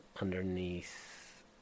Underneath